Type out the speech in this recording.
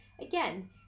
Again